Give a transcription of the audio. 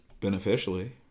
beneficially